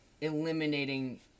eliminating